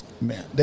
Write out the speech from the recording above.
man